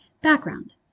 Background